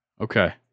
Okay